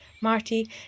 Marty